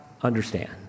understand